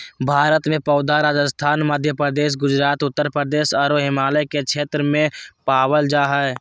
भारत में पौधा राजस्थान, मध्यप्रदेश, गुजरात, उत्तरप्रदेश आरो हिमालय के क्षेत्र में पावल जा हई